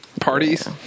Parties